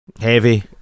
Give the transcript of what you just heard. Heavy